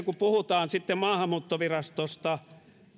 kun puhutaan sitten maahanmuuttovirastosta